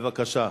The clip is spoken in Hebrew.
בבקשה.